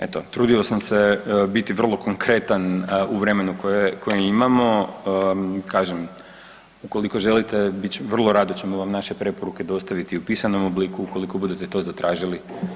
Eto, trudio sam se biti vrlo korektan u vremenu koje imamo, kažem ukoliko želite vrlo rado ćemo vam naše preporuke dostaviti i u pisanom obliku, ukoliko budete to zatražili.